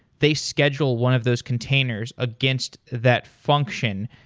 they schedule one of those containers against that function.